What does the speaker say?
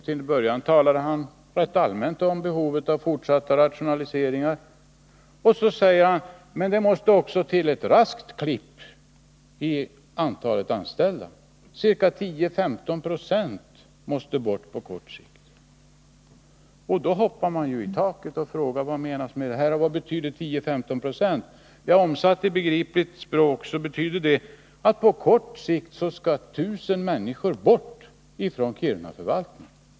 Till att börja med talade han rätt allmänt om behovet av fortsatta rationaliseringar, och så sade han: Men det måste också till ett raskt klipp när det gäller antalet anställda. 10-15 96 måste bort på kort sikt. Man hoppar ju i taket och frågar: Vad menas med det här? Vad betyder 10-15 26? Omsatt i begripligt språk betyder det att på kort sikt skall 1000 människor bort från Kirunaförvaltningen.